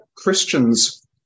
Christians